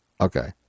Okay